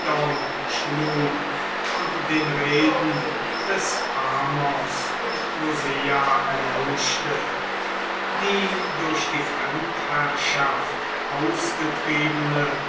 schlug und den reden des amos und hosea lauschte die durch die fremdherrschaft ausgetriebene